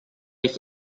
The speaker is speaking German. ich